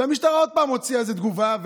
והמשטרה עוד פעם הוציאה איזו תגובה,